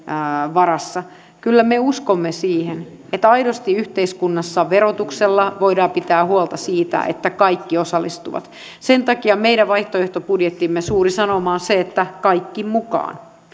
varassa kyllä me uskomme siihen että aidosti yhteiskunnassa verotuksella voidaan pitää huolta siitä että kaikki osallistuvat sen takia meidän vaihtoehtobudjettimme suuri sanoma on se että kaikki mukaan